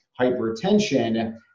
hypertension